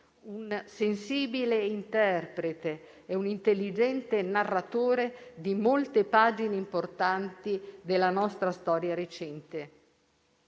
un sensibile interprete e un intelligente narratore di molte pagine importanti della nostra storia recente.